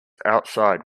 outside